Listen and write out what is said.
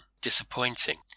disappointing